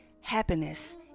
happiness